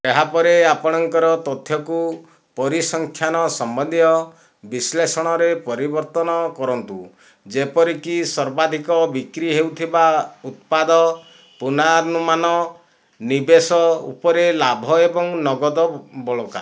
ଏହାପରେ ଆପଣଙ୍କର ତଥ୍ୟକୁ ପରିସଂଖ୍ୟାନ ସମ୍ବନ୍ଧୀୟ ବିଶ୍ଳେଷଣରେ ପରିବର୍ତ୍ତନ କରନ୍ତୁ ଯେପରିକି ସର୍ବାଧିକ ବିକ୍ରି ହେଉଥିବା ଉତ୍ପାଦ ପୂର୍ବାନୁମାନ ନିବେଶ ଉପରେ ଲାଭ ଏବଂ ନଗଦ ବଳକା